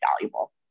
valuable